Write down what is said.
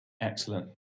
Excellent